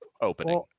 opening